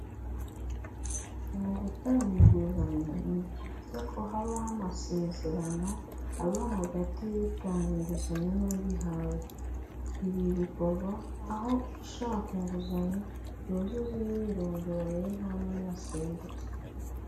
Mu gutanga inguzanyo, ni byiza ko habaho amasezerano aba hagati y'utanga inguzanyo n'uyihabwa, ibi bikorwa aho ushaka inguzanyo yuzuza imyirondorobiri ye nta n'umwa asimbutse.